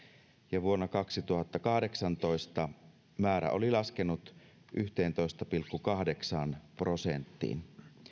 ja vuonna kaksituhattakahdeksantoista määrä oli laskenut yhteentoista pilkku kahdeksaan prosenttiin